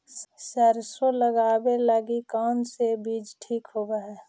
सरसों लगावे लगी कौन से बीज ठीक होव हई?